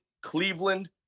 Cleveland